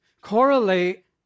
correlate